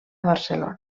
barcelona